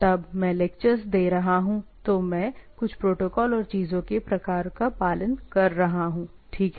जब मैं लेक्चरस दे रहा हूं तो मैं कुछ प्रोटोकॉल और चीजों के प्रकारों का पालन कर रहा हूं ठीक है